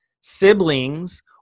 siblings